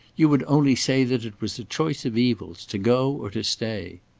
you would only say that it was a choice of evils, to go, or to stay.